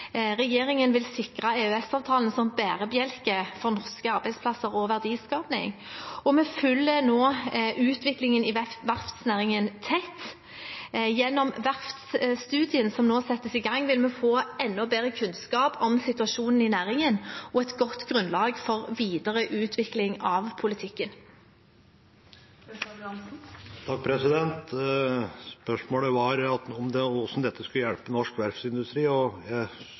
Regjeringen vil sikre EØS-avtalen som bærebjelke for norske arbeidsplasser og verdiskaping, og vi følger nå utviklingen i verftsnæringen tett. Gjennom verftsstudien som nå settes i gang, vil vi få enda bedre kunnskap om situasjonen i næringen og et godt grunnlag for videre utvikling av politikken. Spørsmålet var hvordan dette skulle hjelpe norsk verftsindustri, og jeg